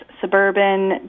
suburban